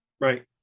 right